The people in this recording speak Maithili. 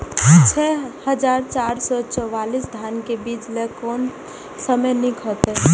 छः हजार चार सौ चव्वालीस धान के बीज लय कोन समय निक हायत?